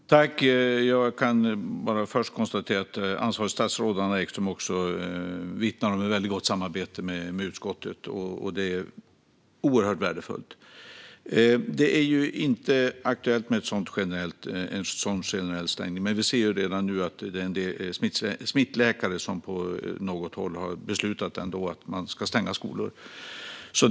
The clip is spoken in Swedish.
Fru talman! Jag kan först konstatera att ansvarigt statsråd Anna Ekström också vittnar om ett väldigt gott samarbete med utskottet. Det är oerhört värdefullt. Det är inte aktuellt med en sådan generell stängning. Vi ser dock redan nu att smittläkare på något håll ändå har beslutat att man ska stänga skolor.